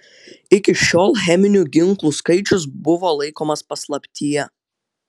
iki šiol cheminių ginklų skaičius buvo laikomas paslaptyje